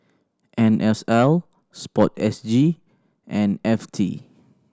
N S L Sport S G and F T